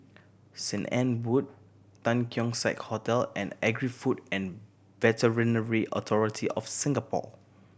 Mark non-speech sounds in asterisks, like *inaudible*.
Saint Anne Wood *unintelligible* Keong Saik Hotel and Agri Food and Veterinary Authority of Singapore